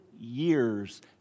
years